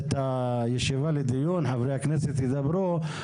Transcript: אני אתחיל.